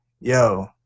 yo